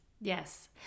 Yes